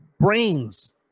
brains